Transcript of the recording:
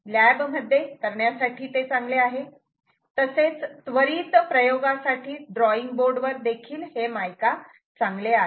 lab मध्ये करण्यासाठी चांगले आहे तसेच त्वरित प्रयोगासाठी ड्रॉईंग बोर्ड वर देखील हे मायका चांगले आहे